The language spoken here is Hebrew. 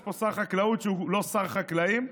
יש פה שר חקלאות שהוא לא שר חקלאים,